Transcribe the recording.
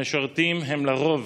המשרתים הם לרוב